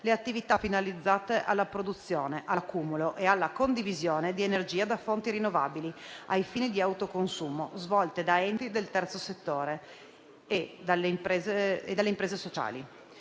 le attività finalizzate alla produzione, all'accumulo e alla condivisione di energia da fonti rinnovabili a fini di autoconsumo svolte dagli enti del terzo settore e dalle imprese sociali.